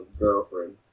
girlfriend